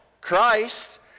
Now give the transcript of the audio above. Christ